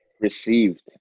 Received